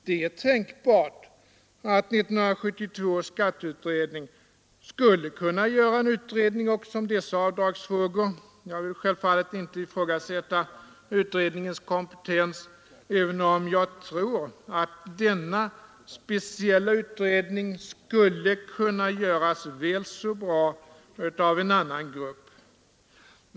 Det är tänkbart att 1972 års skatteutredning skulle kunna göra en utredning också om dessa skattefrågor — jag vill självfallet inte ifrågasätta skatteutredningens kompetens, även om jag tror att denna speciella utredning skulle kunna göras väl så bra av en annan grupp.